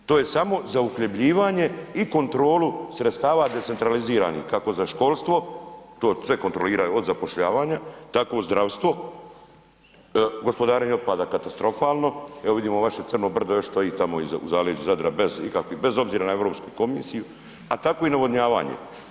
I to je samo za uhljebljivanje i kontrolu sredstava decentraliziranih kako za školstvo, to sve kontrolira od zapošljavanja, tako zdravstvo, gospodarenje otpada katastrofalno, evo vidimo vaše Crno brdo još stoji tamo u zaleđu Zadra bez obzira na Europsku komisiju a tako i navodnjavanje.